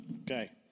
Okay